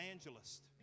evangelist